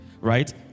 right